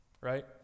right